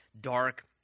dark